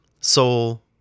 soul